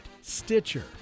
Stitcher